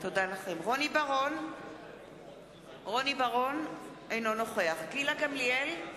רוני בר-און, אינו נוכח גילה גמליאל,